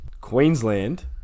Queensland